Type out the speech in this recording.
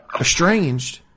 Estranged